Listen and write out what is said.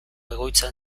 egoitzan